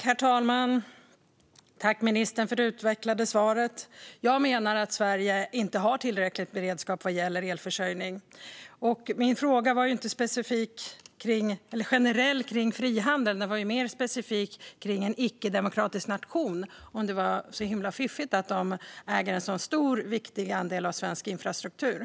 Herr talman! Tack, ministern, för det utvecklade svaret! Jag menar att Sverige inte har tillräcklig beredskap vad gäller elförsörjning. Min fråga gällde inte frihandel generellt utan mer specifikt om det är så himla fiffigt att en icke-demokratisk nation äger en så stor och viktig andel av svensk infrastruktur.